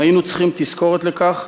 אם היינו צריכים תזכורת לכך,